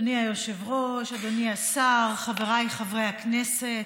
אדוני היושב-ראש, אדוני השר, חבריי חברי הכנסת,